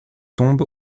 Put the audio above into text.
tombe